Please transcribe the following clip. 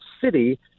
city